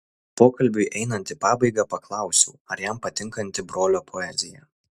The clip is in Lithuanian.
pokalbiui einant į pabaigą paklausiau ar jam patinkanti brolio poezija